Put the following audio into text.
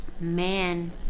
Man